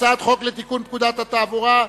הצעת חוק לתיקון פקודת התעבורה (מס'